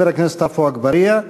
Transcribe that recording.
חבר הכנסת עפו אגבאריה,